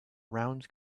round